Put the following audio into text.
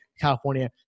California